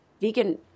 vegan